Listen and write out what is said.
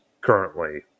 currently